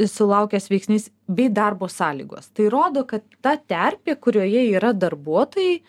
sulaukęs veiksnys bei darbo sąlygos tai rodo kad ta terpė kurioje yra darbuotojai